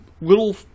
little